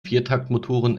viertaktmotoren